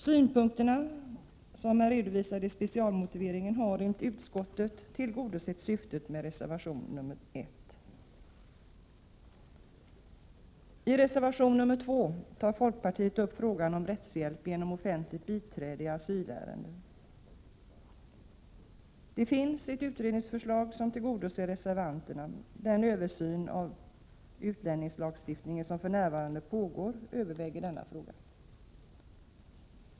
Synpunkterna, som är redovisade i specialmotiveringen, har enligt utskottet tillgodosett syftet med reservation så I reservation 2 tar folkpartiet upp frågan om rättshjälp genom offentligt biträde i asylärenden. Det finns ett utredningsförslag, som tillgodoser reservanterna. Den översyn av utlänningslagstiftningen som för närvarande pågår överväger denna fråga.